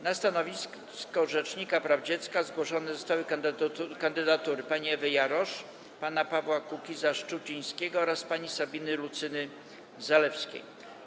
Na stanowisko rzecznika praw dziecka zostały zgłoszone kandydatury pani Ewy Jarosz, pana Pawła Kukiza-Szczucińskiego oraz pani Sabiny Lucyny Zalewskiej.